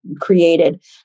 created